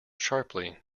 sharply